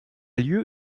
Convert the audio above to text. lieu